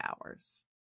hours